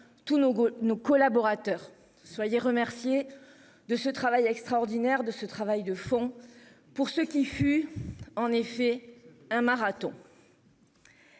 nos nos collaborateurs soyez remerciés de ce travail extraordinaire de ce travail de fond pour ce qui fut en effet un marathon.